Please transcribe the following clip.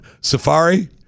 Safari